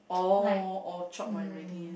like mm